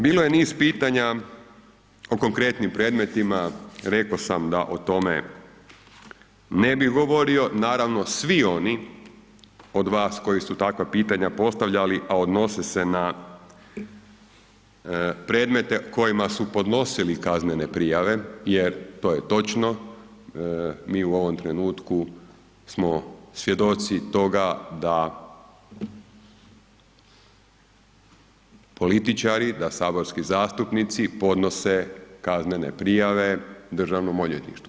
Bilo je niz pitanja o konkretnim predmetima, rekao sam da o tome ne bih govorio, naravno svi oni od vas koji su takva pitanja postavljali a odnose se na predmete o kojima su podnosili kaznene prijave je to je točno, mi u ovom trenutku smo svjedoci toga da političari, da saborski zastupnici podnose kaznene prijave Državnom odvjetništvu.